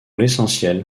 l’essentiel